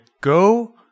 go